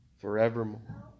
forevermore